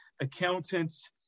accountants